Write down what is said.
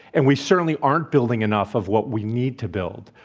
and we certainly aren't building enough of what we need to build,